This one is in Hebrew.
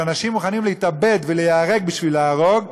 שאנשים מוכנים להתאבד ולהיהרג בשביל להרוג.